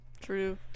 True